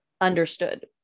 Understood